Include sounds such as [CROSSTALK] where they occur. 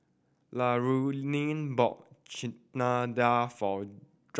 Laraine bought Chana Dal for [UNINTELLIGIBLE]